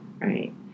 Right